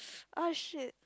ah shit